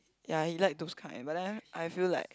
ya he like those kind but then I feel like